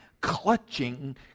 clutching